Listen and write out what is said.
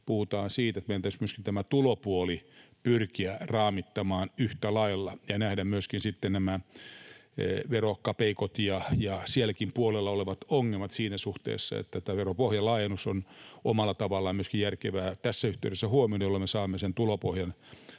puhutaan siitä, että meidän täytyisi myöskin tämä tulopuoli pyrkiä raamittamaan yhtä lailla ja nähdä myöskin nämä verokapeikot ja sielläkin puolella olevat ongelmat siinä suhteessa, että myöskin veropohjan laajennus on omalla tavallaan järkevää tässä yhteydessä huomioida, jolloin me saamme sen tulopohjan rakennettua